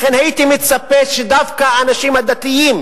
לכן, הייתי מצפה שדווקא האנשים הדתיים